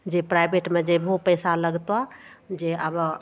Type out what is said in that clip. जे प्राइवेटमे जेहो पैसा लगतऽ जे आब